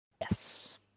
Yes